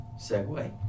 segue